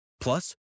Plus